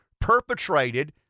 perpetrated